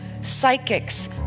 psychics